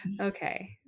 okay